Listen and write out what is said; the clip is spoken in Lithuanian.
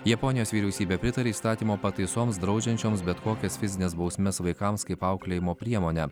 japonijos vyriausybė pritarė įstatymo pataisoms draudžiančioms bet kokias fizines bausmes vaikams kaip auklėjimo priemonę